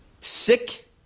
Sick